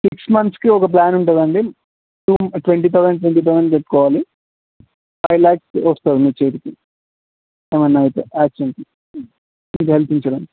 six మంత్స్కి ఒక plan ఉంటుందండి two twenty thousand twenty thousand పెట్టుకోవాలి ఫైవ్ ల్యాక్స్కి వస్తుంది మీ చేతికి ఏమన్నా అయితే యాక్సిడెంట్ ఇది హెల్త్ ఇన్యూరెన్స్